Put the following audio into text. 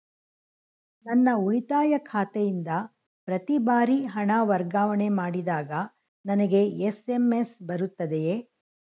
ನನ್ನ ಉಳಿತಾಯ ಖಾತೆಯಿಂದ ಪ್ರತಿ ಬಾರಿ ಹಣ ವರ್ಗಾವಣೆ ಮಾಡಿದಾಗ ನನಗೆ ಎಸ್.ಎಂ.ಎಸ್ ಬರುತ್ತದೆಯೇ?